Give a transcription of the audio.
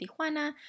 Tijuana